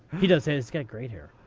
he does, and he's got great hair.